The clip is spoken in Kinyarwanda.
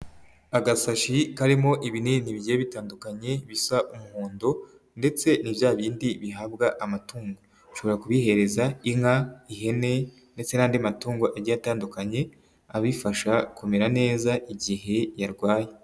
Agasashi karimo ibinini bigiye bitandukanye bisa umuhondo, ndetse ni bya bindi bihabwa amatungo. Ushobora kubihereza inka ihene ndetse n'andi matungo agiye atandukanye, abifasha kumera neza igihe yarwaye.